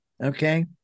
okay